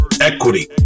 equity